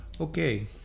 Okay